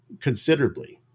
considerably